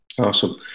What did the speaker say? Awesome